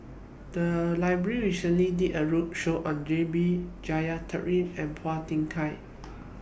The Library recently did A roadshow on J B Jeyaretnam and Phua Thin Kiay